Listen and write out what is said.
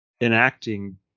enacting